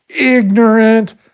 Ignorant